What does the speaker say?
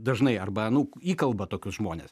dažnai arba nu įkalba tokius žmones